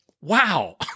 wow